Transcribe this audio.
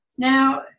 Now